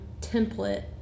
template